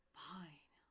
fine